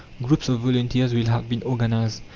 groups of volunteers will have been organized,